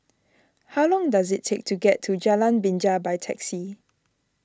how long does it take to get to Jalan Binja by taxi